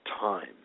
time